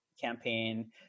campaign